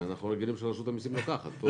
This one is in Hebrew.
אנחנו רגילים שרשות המסים לוקחת.